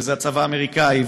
וזה הצבא האמריקני,